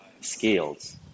skills